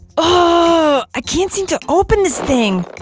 ah i can't seem to open this thing.